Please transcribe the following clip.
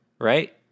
right